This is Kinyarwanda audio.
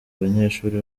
abanyeshuri